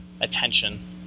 attention